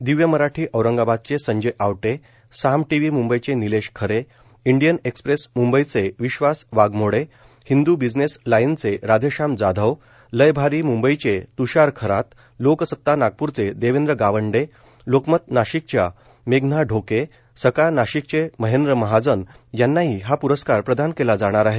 दिव्य मराठी औरंगाबादचे संजय आवटे साम टीव्हीज मुंबईचे निलेश खरे इंडियन एक्सयप्रेस म्ंबईचे विश्वास वाघमोडे हिंदू बिझनेस लाईनचे राधेश्याम जाधव लयभारी मुंबईचे त्षार खरात लोकसत्ताव नागप्रचे देवेंद्र गावंडे लोकमत नाशिकच्यां मेघना ढोके सकाळ नाशिकचे महेंद्र महाजन यांनाही हा प्रस्काखर प्रदान केला जाणार आहे